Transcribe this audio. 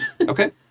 Okay